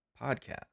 podcast